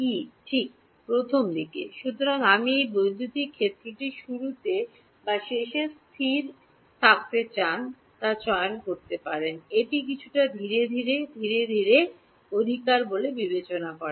ই ঠিক প্রথম দিকে সুতরাং আপনি বৈদ্যুতিক ক্ষেত্রটি শুরুতে বা শেষে স্থির থাকতে চান তা চয়ন করতে পারেন এটি কিছুটা ধীরে ধীরে ধীরে ধীরে অধিকার বলে বিবেচনা করে